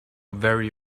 very